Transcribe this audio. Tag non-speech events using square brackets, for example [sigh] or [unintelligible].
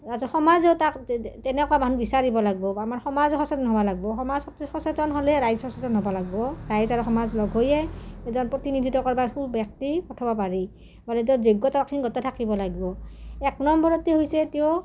তাৰপিছত সমাজে তাক তেনেকুৱা মানুহ বিচাৰিব লাগব' আমাৰ সমাজৰ সচেতন হ'ব লাগব' সমাজ সচেতন হ'লে ৰাইজ সচেতন হ'ব লাগব' ৰাইজ আৰু সমাজ লগ হৈয়ে এজন প্ৰতিনিধিত্ব কৰবাৰ সু ব্যক্তি পঠাব পাৰি [unintelligible] থাকিব লাগব' এক নম্বৰতে হৈছে তেওঁ